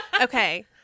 Okay